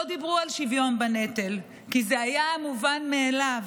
לא דיברו על שוויון בנטל, כי זה היה המובן מאליו,